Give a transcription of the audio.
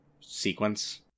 sequence